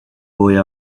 boy